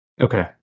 okay